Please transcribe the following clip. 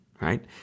Right